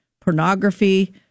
pornography